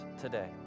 today